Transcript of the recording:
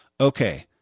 Okay